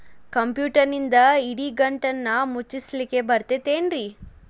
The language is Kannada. ಕಂಪ್ಯೂಟರ್ನಿಂದ್ ಇಡಿಗಂಟನ್ನ ಮುಚ್ಚಸ್ಲಿಕ್ಕೆ ಬರತೈತೇನ್ರೇ?